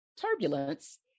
Turbulence